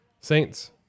Saints